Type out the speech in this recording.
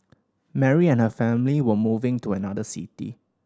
Mary and her family were moving to another city